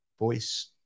voice